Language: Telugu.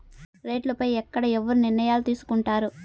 రేట్లు పై ఎక్కడ ఎవరు నిర్ణయాలు తీసుకొంటారు?